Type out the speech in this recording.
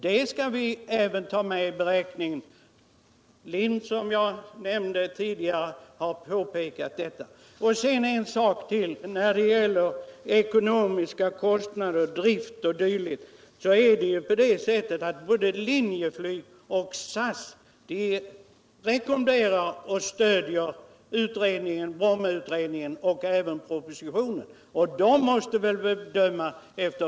Det skall vi också ta med i beräkningen. På LIN, som jag nämnde tidigare, har man påpekat detta. Vad slutligen gäller driftkostnaderna och andra kostnader rekommenderar och stöder såväl propositionen som Linjeflyg och SAS Brommautredningen, och de båda flygbolagen måste väl ändå bedöma denna fråga utifrån företagsekonomiska aspekter.